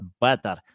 better